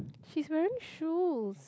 she's wearing shoes